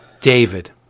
David